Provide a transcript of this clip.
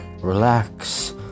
relax